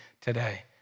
today